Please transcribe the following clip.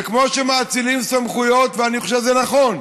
וכמו שמאצילים סמכויות, ואני חושב שזה נכון,